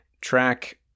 track